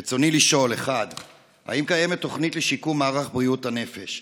רצוני לשאול: 1. האם קיימת תוכנית לשיקום מערך בריאות הנפש?